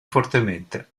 fortemente